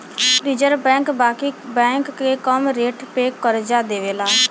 reserve bank बाकी bank के कम रेट पे करजा देवेला